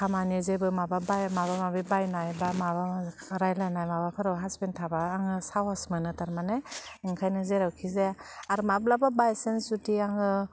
खामानि जेबो माबा बाय माबा माबि बानाय बा माबा रायलायनाय माबाफ्राव हासबेन्ड थाबा आङो साहस मोनो थारमानि ओंखानो जेरावखि जाया आर माब्लाबा बाइसान्स जुदि आङो